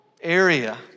area